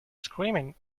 screaming